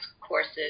courses